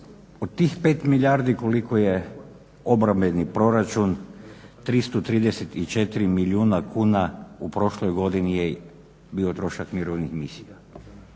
Od tih pet milijardi koliko je obrambeni proračun 334 milijuna kuna u prošloj godini je bio trošak mirovnih misija